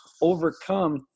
overcome